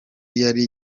yari